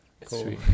Cool